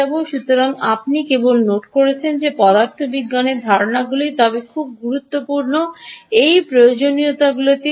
সুতরাং আপনি কেবল নোট করেছেন যে এগুলি পদার্থবিজ্ঞানের ধারণাগুলি তবে খুব গুরুত্বপূর্ণভাবে এই প্রয়োজনীয়তাগুলি কী